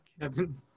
Kevin